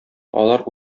алар